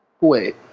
Wait